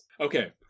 Okay